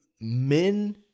men